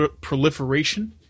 proliferation